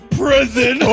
prison